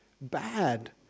bad